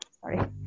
sorry